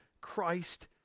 Christ